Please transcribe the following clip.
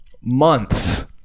months